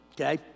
okay